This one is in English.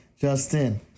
Justin